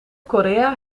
korea